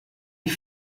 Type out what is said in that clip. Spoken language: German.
die